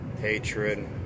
hatred